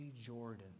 Jordan